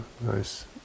nice